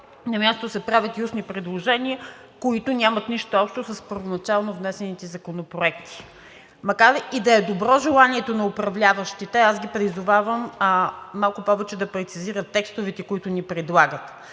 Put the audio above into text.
на място се правят и устни предложения, които нямат нищо общо с първоначално внесените законопроекти. Макар и да е добро желанието на управляващите – призовавам ги малко повече да прецизират текстовете, които ни предлагат,